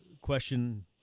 question